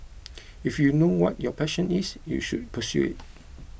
if you know what your passion is you should pursue it